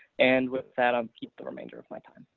and with that, i'll keep the remainder of my time.